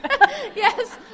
Yes